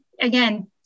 again